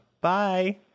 Bye